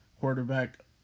quarterback